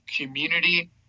community